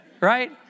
right